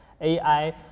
AI